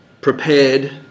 prepared